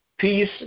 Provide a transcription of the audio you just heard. Peace